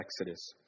Exodus